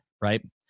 Right